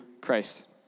Christ